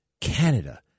Canada